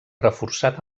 reforçat